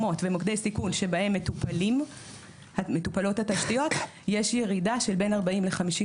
במוקדי סיכון של נתיבי ישראל ומשרד